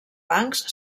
bancs